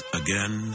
again